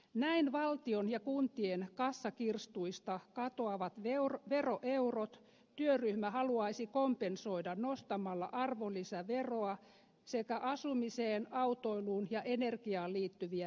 näin valtion ja kuntien kassakirstuista katoavat veroeurot työryhmä haluaisi kompensoida nostamalla arvonlisäveroa sekä asumiseen autoiluun ja energiaan liittyviä veroja